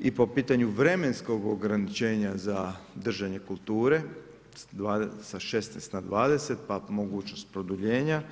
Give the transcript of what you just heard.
i po pitanju vremenskog ograničenja za držanje kulture, sa 16 na 20, pa mogućnost produljenja.